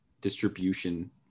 distribution